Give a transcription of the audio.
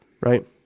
Right